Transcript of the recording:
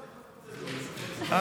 לא,